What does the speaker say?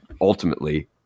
ultimately